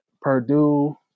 Purdue